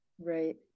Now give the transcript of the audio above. Right